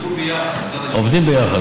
עובדים ביחד.